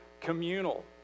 communal